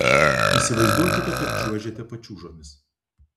įsivaizduokite kad čiuožiate pačiūžomis